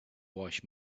wash